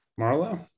Marlo